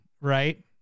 right